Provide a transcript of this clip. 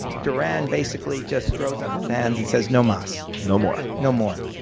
duran basically just throws up his hands and says no mas. no more. no more.